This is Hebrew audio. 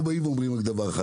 אנחנו באים ואומרים רק דבר אחד,